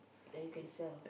then you can sell